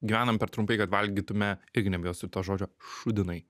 gyvenam per trumpai kad valgytume irgi nebijosiu to žodžio šūdinai